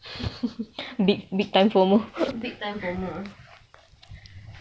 big time formal ah